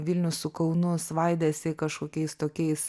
vilnius su kaunu svaidėsi kažkokiais tokiais